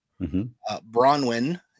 Bronwyn